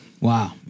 wow